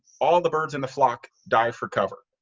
all the birds in the flock dive for cover.